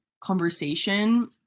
conversation